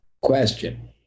question